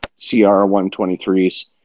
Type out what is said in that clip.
CR123s